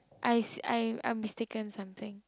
I s~ I I mistaken something